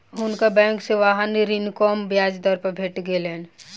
हुनका बैंक से वाहन ऋण कम ब्याज दर पर भेट गेलैन